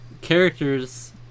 characters